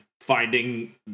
finding